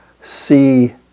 see